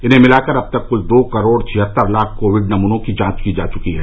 इन्हें मिला कर अभी तक कल दो करोड़ छिहत्तर लाख कोविड नमूनों की जांच की जा चुकी है